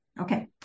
Okay